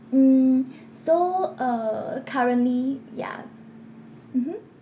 mm so uh currently yeah mmhmm